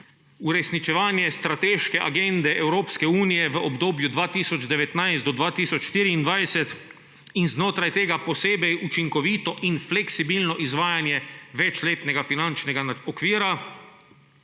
uresničevanje strateške agende Evropske unije v obdobju od 2019 do 2024 in znotraj tega posebej učinkovito in fleksibilno izvajanje večletnega finančnega okvira